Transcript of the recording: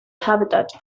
habitat